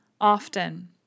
Often